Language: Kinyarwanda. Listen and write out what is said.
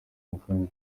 mukanya